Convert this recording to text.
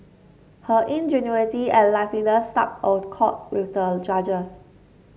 her ingenuity and liveliness struck a chord with the judges